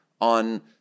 on